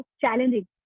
challenging